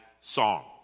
song